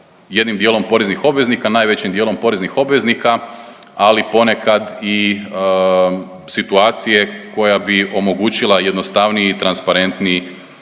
jednim dijelom poreznih obveznika, najvećim dijelom poreznih obveznika ali ponekad i situacije koja bi omogućila jednostavniji i transparentniji